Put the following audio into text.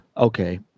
Okay